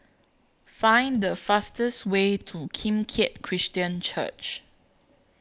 Find The fastest Way to Kim Keat Christian Church